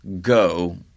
go